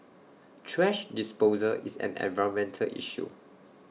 thrash disposal is an environmental issue